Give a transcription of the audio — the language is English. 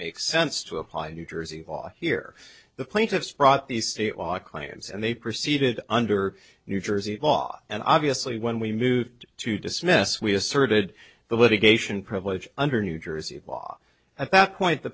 makes sense to apply new jersey law here the plaintiffs brought the city ot clients and they proceeded under new jersey law and obviously when we moved to dismiss we asserted the litigation privilege under new jersey law at that point the